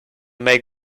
make